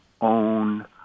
own